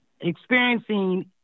experiencing